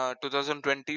2020